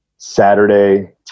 Saturday